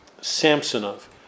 Samsonov